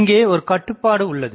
இங்கே ஒரு கட்டுபாடு உள்ளது